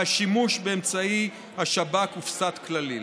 והשימוש באמצעי השב"כ הופסק כליל.